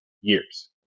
years